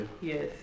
Yes